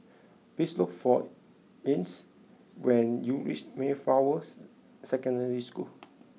please look for Ines when you reach Mayflowers Secondary School